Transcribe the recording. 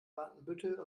watenbüttel